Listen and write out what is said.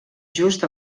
just